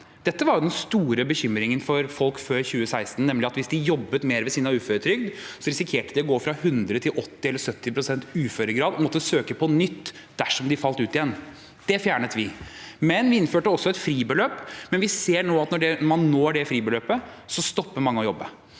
Dette var jo den store bekymringen for folk før 2016, nemlig at hvis de jobbet mer ved siden av uføretrygd, risikerte de å gå fra 100 pst. til 80 eller 70 pst. uføregrad og måtte søke på nytt dersom de falt ut igjen. Det fjernet vi. Vi innførte også et fribeløp, men vi ser nå at når man når det fribeløpet, stopper mange å jobbe.